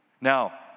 Now